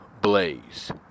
Blaze